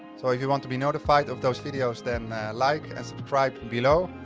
so if you want to be notified of those videos, then like and subscribe below.